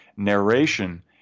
narration